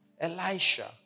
Elisha